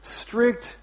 strict